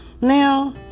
Now